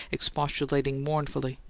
expostulating mournfully.